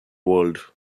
world